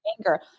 anger